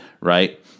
right